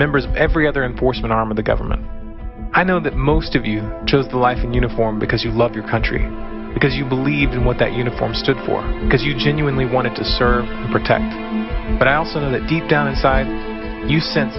members of every other enforcement arm of the government i know that most of you chose the life in uniform because you love your country because you believed in what that uniform stood for because you genuinely wanted to serve and protect but i also know that deep down inside you sen